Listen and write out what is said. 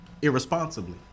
Irresponsibly